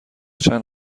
چند